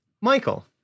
Michael